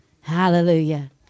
Hallelujah